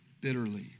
bitterly